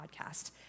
podcast